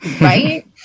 Right